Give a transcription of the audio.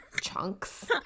chunks